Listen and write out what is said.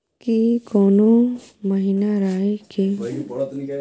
की कोनो महिना राई के खेती के सकैछी?